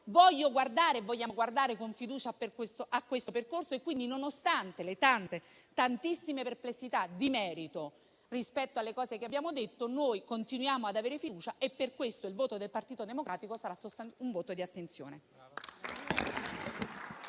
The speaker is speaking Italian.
incardinati. Vogliamo guardare con fiducia a questo percorso e quindi, nonostante le tante, tantissime perplessità di merito rispetto alle questioni che abbiamo illustrato, noi continuiamo ad avere fiducia. Per questo, il voto del Partito Democratico sarà di astensione.